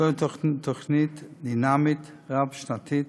זוהי תוכנית דינמית, רב-שנתית,